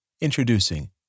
Introducing